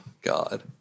God